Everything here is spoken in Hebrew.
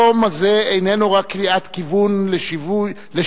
היום הזה איננו רק קריאת כיוון לשוויון